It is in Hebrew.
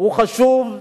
הוא חשוב,